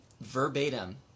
verbatim